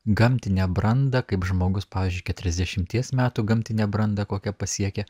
gamtinę brandą kaip žmogus pavyzdžiui keturiasdešimties metų gamtinę brandą kokią pasiekia